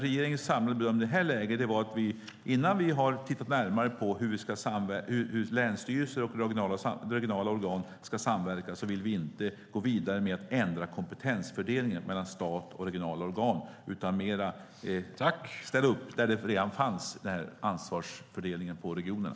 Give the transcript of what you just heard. Regeringens samlade bedömning här var att innan vi har tittat närmare på hur länsstyrelser och regionala organ ska samverka vill vi inte gå vidare med att ändra kompetensfördelningen mellan stat och regionala organ utan mer ställa upp där det redan fanns en ansvarsfördelning på regionerna.